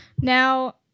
Now